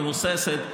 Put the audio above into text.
מבוססת,